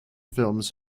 films